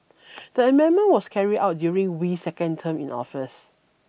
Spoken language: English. the amendment was carried out during Wee's second term in office